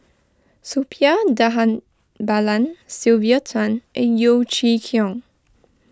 Suppiah Dhanabalan Sylvia Tan and Yeo Chee Kiong